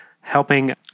helping